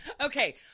Okay